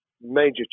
major